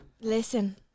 Listen